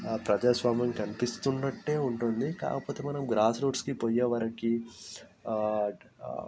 ఆ ప్రజాస్వామ్యం కనిపిస్తున్నట్టే ఉంటుంది కాకపోతే మనం గ్రాస్ రూట్స్ కి పోయేవరకు ఆ ఆ